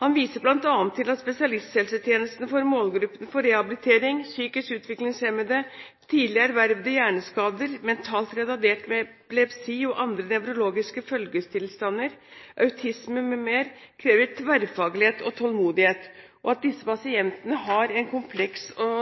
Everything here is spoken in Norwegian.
Han viser bl.a. til at spesialisthelsetjenesten for målgruppene for rehabilitering – psykisk utviklingshemmede, tidlig ervervede hjerneskader, mentalt retarderte med epilepsi og andre nevrologiske følgetilstander, autisme m.m. – krever tverrfaglighet og tålmodighet. Disse pasientene har komplekse og